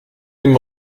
dem